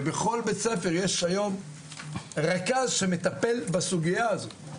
ובכל בית ספר יש היום רכז שמטפל בסוגיה הזאת.